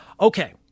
Okay